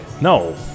No